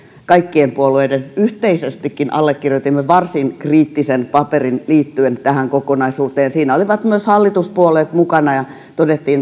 kaikki puolueet yhteisesti allekirjoitimme varsin kriittisen paperin liittyen tähän kokonaisuuteen siinä olivat myös hallituspuolueet mukana ja todettiin